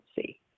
see